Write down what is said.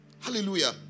Hallelujah